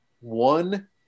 one